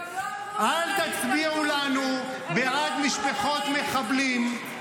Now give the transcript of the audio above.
--- משתמטים --- אל תצביעו לנו בעד משפחות מחבלים.